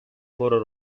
foro